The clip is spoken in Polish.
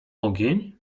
ogień